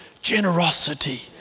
Generosity